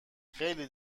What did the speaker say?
خیلی